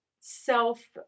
self